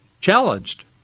challenged